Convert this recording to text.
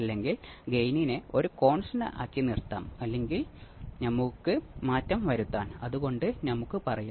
നെറ്റ്വർക്കിനെ ഒരു ലാഡ്ഡർ ശൃംഖല എന്നും വിളിക്കുന്നു